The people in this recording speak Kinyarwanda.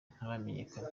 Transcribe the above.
ntaramenyekana